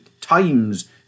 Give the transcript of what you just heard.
times